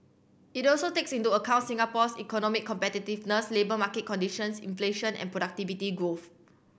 it also takes into account Singapore's economic competitiveness labour market conditions inflation and productivity growth